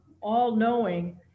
all-knowing